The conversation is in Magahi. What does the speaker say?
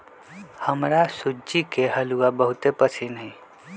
हमरा सूज्ज़ी के हलूआ बहुते पसिन्न हइ